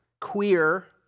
queer